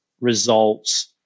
results